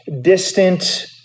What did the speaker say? distant